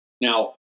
Now